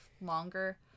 longer